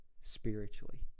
Spiritually